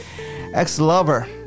Ex-lover